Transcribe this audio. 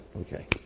okay